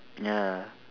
ya